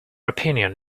opinion